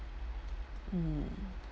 mm